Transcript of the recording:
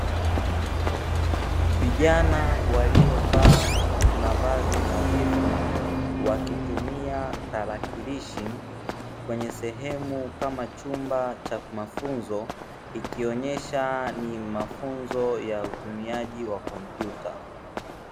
Vijana waliovaa mavazi nadhifu wakitumia tarakishi kwenye sehemu kama chumba cha mafunzo, ikionyesha ni mafunzo ya utumiaji wa kompyuta.